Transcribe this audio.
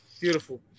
Beautiful